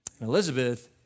Elizabeth